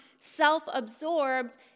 self-absorbed